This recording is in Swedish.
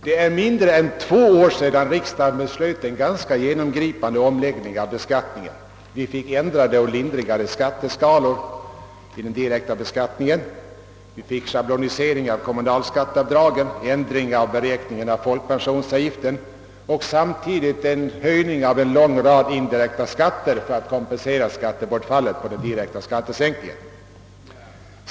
Det är mindre än två år sedan riksdagen beslöt en ganska genomgripande omläggning av beskattningen. Vi fick ändrade, lindrigare skatteskalor i den direkta beskattningen, schablonisering av kommunalskatteavdragen, ändring av grunderna för beräkning av folkpensionsavgiften samt höjning av en lång rad indirekta skatter för att kompensera skattebortfallet i den direkta beskattningen.